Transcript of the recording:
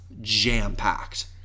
jam-packed